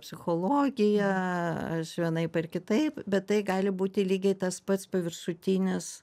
psichologiją aš vienaip ar kitaip bet tai gali būti lygiai tas pats paviršutinis